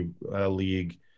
league